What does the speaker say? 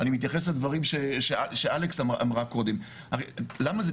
יכול להיות שאחר-כך תביאו לי את הנתונים שלכם,